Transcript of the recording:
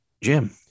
Jim